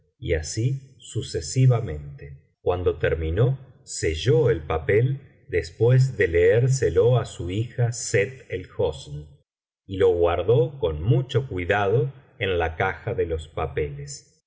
y así sucesivamente cuando terminó selló el papel biblioteca valenciana generalitat valenciana historia del visir nureddin después ele leérselo á su hija sett el hosn y lo guardó con mucho cuidado en la caja de los papeles